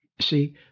see